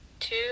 Two